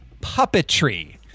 puppetry